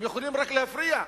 הם יכולים רק להפריע.